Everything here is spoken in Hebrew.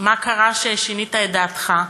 מה קרה ששינית את דעתך?